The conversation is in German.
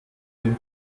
dem